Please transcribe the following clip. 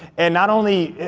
and not only,